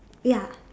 ya